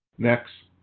next.